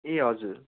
ए हजुर